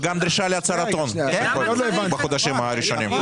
וגם דרישה להצהרת הון בחודשים הראשונים.